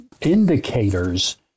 indicators